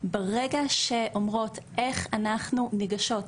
ברגע שאומרות איך אנחנו ניגשות,